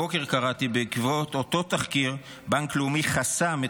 הבוקר קראתי: בעקבות אותו תחקיר בנק לאומי חסם את